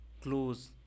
close